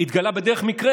התגלה בדרך מקרה.